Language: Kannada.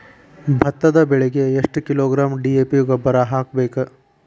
ಭತ್ತದ ಬೆಳಿಗೆ ಎಷ್ಟ ಕಿಲೋಗ್ರಾಂ ಡಿ.ಎ.ಪಿ ಗೊಬ್ಬರ ಹಾಕ್ಬೇಕ?